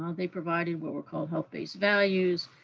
um they provided what were called health based values,